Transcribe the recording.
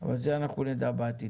אבל את זה אנחנו נדע בעתיד.